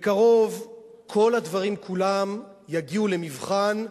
בקרוב כל הדברים כולם יגיעו למבחן,